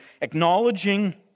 Acknowledging